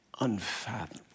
unfathomable